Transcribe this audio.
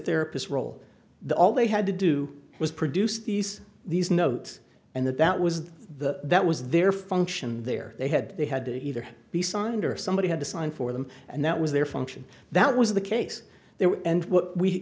therapist role the all they had to do was produce these these notes and that that was the that was their function their they had they had to either be signed or somebody had to sign for them and that was their function that was the case there and what we